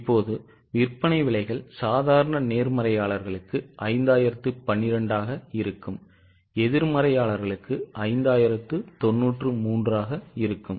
இப்போது விற்பனை விலைகள் சாதாரண நேர்மறையாளர்களுக்கு 5012 ஆக இருக்கும் எதிர்மறையாளர்களுக்கு 5093 ஆக இருக்கும்